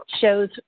shows